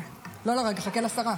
לא, נחכה לשרה.